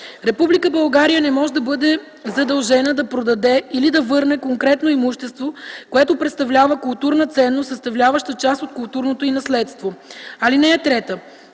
Република България не може да бъде задължена да продаде или да върне конкретно имущество, което представлява културна ценност, съставляваща част от културното й наследство. (3) В